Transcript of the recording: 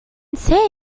say